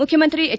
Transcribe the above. ಮುಖ್ಯಮಂತ್ರಿ ಎಚ್